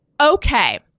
Okay